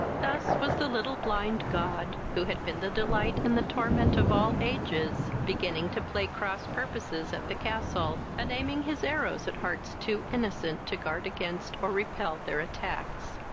thus was the little blind god, who had been the delight and the torment of all ages, beginning to play cross purposes at the castle, and aiming his arrows at hearts too innocent to guard against or repel their attacks.